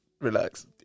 Relax